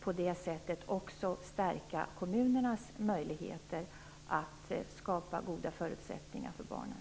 Därmed stärks också kommunernas möjligheter att skapa goda förutsättningar för barnen.